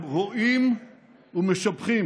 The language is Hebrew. הם רואים ומשבחים